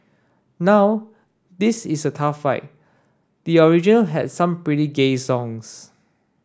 now this is a tough fight the original had some pretty gay songs